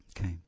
Okay